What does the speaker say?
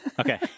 Okay